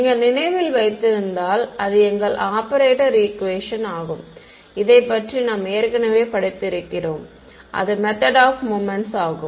நீங்கள் நினைவில் வைத்திருந்தால் அது எங்கள் ஆபரேட்டர் ஈக்குவேஷன் ஆகும் இதை பற்றி நாம் ஏற்கனவே படித்திருக்கிறோம் அது மெத்தட் ஆஃப் மொமெண்ட்ஸ் ஆகும்